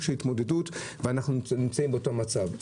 של התמודדות ואנחנו נמצאים באותו מצב.